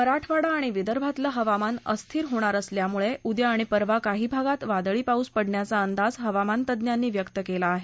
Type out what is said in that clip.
मराठवाडा आणि विदर्भातलं हवामान अस्थिर होणार असल्यामुळे उद्या आणि परवा काही भागांत वादळी पाऊस पडण्याचा अंदाज हवामान तज्ज्ञांनी व्यक्त केला आहे